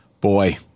boy